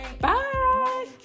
Bye